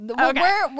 Okay